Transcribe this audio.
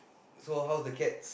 so how's the cats